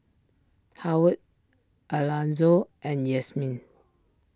Howard Alanzo and Yasmine